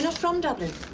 ah from dublin?